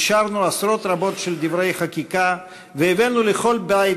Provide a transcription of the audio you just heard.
אישרנו עשרות רבות של דברי חקיקה והבאנו לכל בית